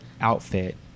outfit